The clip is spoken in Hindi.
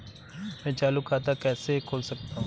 मैं चालू खाता कैसे खोल सकता हूँ?